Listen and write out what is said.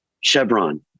chevron